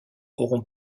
auront